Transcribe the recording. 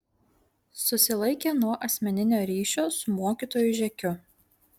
susilaikė nuo asmeninio ryšio su mokytoju žekiu